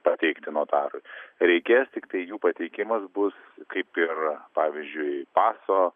pateikti notarui reikės tiktai jų pateikimas bus kaip ir pavyzdžiui paso